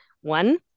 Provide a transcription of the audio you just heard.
One